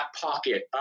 pocket